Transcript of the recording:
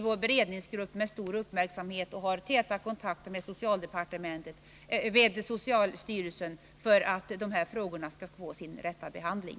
Vi har täta kontakter med socialstyrelsen för att de här frågorna skall få sin rätta behandling.